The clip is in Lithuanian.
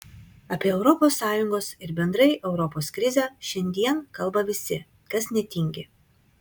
apie europos sąjungos ir bendrai europos krizę šiandien kalba visi kas netingi